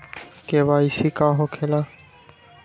KYC का हो के ला?